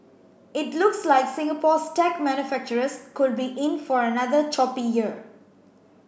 it looks like Singapore's tech manufacturers could be in for another choppy year